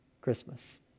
Christmas